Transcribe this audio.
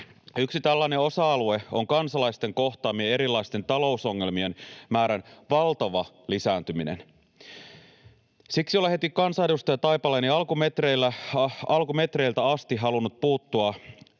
Yksi tällainen osa-alue on kansalaisten kohtaamien erilaisten talousongelmien määrän valtava lisääntyminen. Siksi olen heti kansanedustajataipaleeni alkumetreiltä asti halunnut puuttua